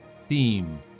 theme